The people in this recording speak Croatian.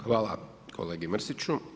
Hvala kolegi Mrsiću.